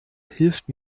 hilft